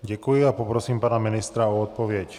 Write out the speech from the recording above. Děkuji a poprosím pana ministra o odpověď.